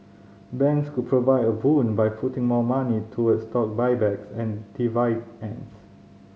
banks could provide a boon by putting more money toward stock buybacks and dividends